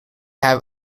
have